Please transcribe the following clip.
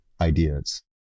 ideas